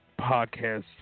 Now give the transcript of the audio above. podcast